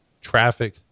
traffic